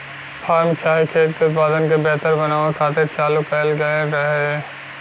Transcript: form चाहे खेत के उत्पादन के बेहतर बनावे खातिर चालू कएल गएल रहे